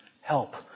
help